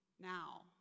now